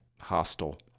hostile